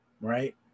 right